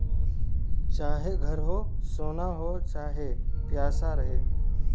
चाहे घर हो, सोना हो चाहे पइसा रहे